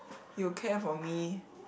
he will care for me